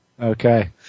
Okay